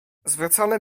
zwrócony